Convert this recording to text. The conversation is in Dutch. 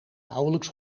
nauwelijks